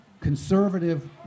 conservative